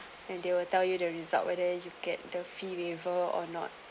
and they will tell you the result whether you get the fee waiver or not